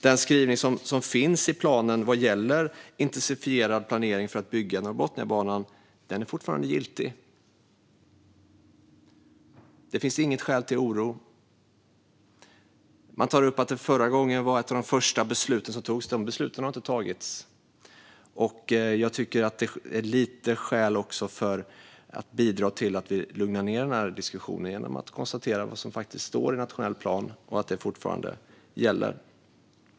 Den skrivning som finns i planen vad gäller intensifierad planering för att bygga Norrbotniabanan är fortfarande giltig. Det finns inget skäl till oro. Det togs upp att detta var ett av de första beslut som togs förra gången, men de besluten har inte tagits. Jag tycker att det finns skäl att bidra till att vi lugnar ned denna diskussion genom att konstatera vad som faktiskt står i nationell plan och att det fortfarande gäller.